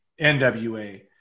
NWA